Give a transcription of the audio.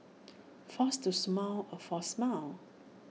force to smile A forced smile